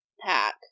pack